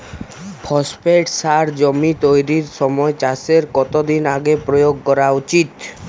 Phosphate সার জমি তৈরির সময় চাষের কত দিন আগে প্রয়োগ করা উচিৎ?